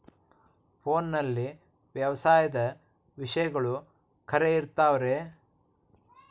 ಫೋನಲ್ಲಿ ವ್ಯವಸಾಯದ ವಿಷಯಗಳು ಖರೇ ಇರತಾವ್ ರೇ?